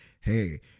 hey